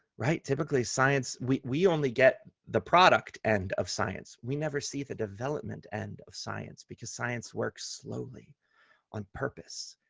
typically science we we only get the product end of science. we never see the development end of science because science works slowly on purpose.